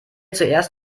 zuerst